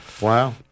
wow